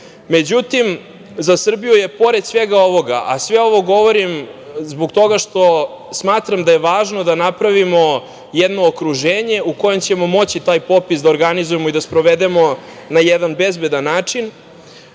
drugih.Međutim, za Srbiju je pored svega ovoga, a sve ovo govorim zbog toga što smatram da je važno da napravimo jedno okruženje u kojem ćemo moći taj popis da organizujemo i da sprovedemo na jedan bezbedan način,